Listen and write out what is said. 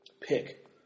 pick